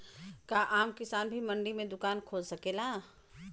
का आम किसान भी मंडी में दुकान खोल सकेला?